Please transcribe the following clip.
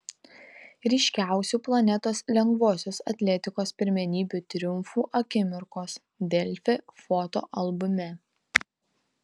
ryškiausių planetos lengvosios atletikos pirmenybių triumfų akimirkos delfi fotoalbume